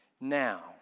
Now